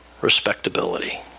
respectability